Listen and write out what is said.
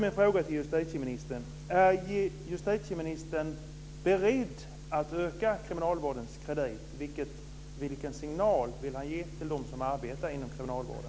Är justitieministern beredd att öka kriminalvårdens kredit? Vilken signal vill han ge till dem som arbetar inom kriminalvården?